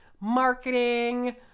marketing